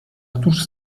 któż